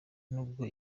nubwo